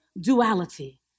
duality